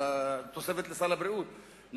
תוספת לסל הבריאות,